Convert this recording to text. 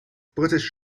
british